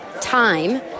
time